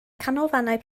canolfannau